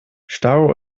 stau